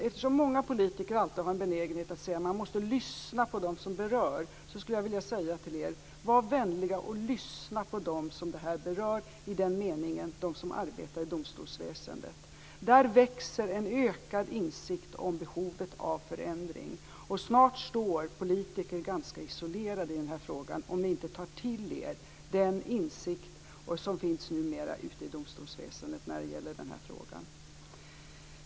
Eftersom många politiker har en benägenhet att säga att man måste lyssna på dem som berörs, skulle jag vilja säga till er: Var vänliga och lyssna på dem som det här berör, dvs. de som arbetar i domstolsväsendet! Där växer en insikt om behovet av förändring. Snart står politiker ganska isolerade i den här frågan om ni inte tar till er den insikt som numera finns ute i domstolsväsendet.